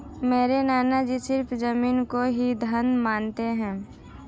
मेरे नाना जी सिर्फ जमीन को ही धन मानते हैं